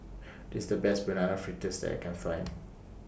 This The Best Banana Fritters that I Can Find